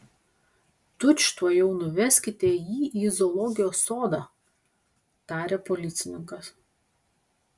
tučtuojau nuveskite jį į zoologijos sodą tarė policininkas